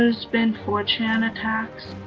there's been four chan attacks.